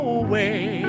away